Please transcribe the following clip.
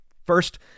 First